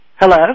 Hello